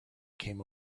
came